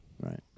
Right